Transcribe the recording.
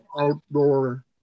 outdoor